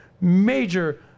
major